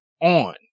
on